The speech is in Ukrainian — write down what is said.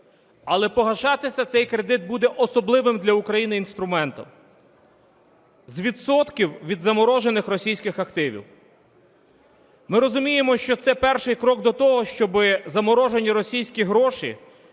Але погашатися цей кредит буде особливим для Україні інструментом – з відсотків від заморожених російських активів. Ми розуміємо, що це перший крок до того, щоб заморожені російські гроші